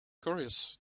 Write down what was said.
curious